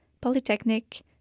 Polytechnic